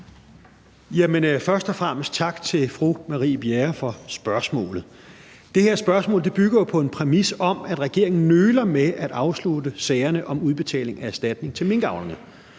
Først og fremmest tak til fru Marie Bjerre for spørgsmålet. Det her spørgsmål bygger på en præmis om, at regeringen nøler med at afslutte sagerne om udbetaling af erstatning til minkavlerne.